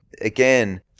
Again